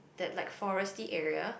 that like forestal area